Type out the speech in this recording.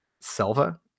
Selva